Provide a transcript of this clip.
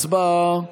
הצבעה.